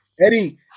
Eddie